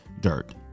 dirt